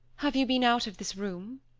have you been out of this room?